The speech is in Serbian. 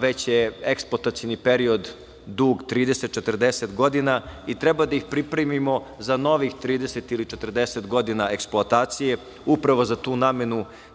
već je eksploatacioni period dug 30, 40 godina i treba da ih pripremimo za novih 30 ili 40 godina eksploatacije. Upravo za tu namenu